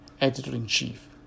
editor-in-chief